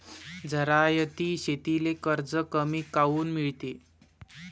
जिरायती शेतीले कर्ज कमी काऊन मिळते?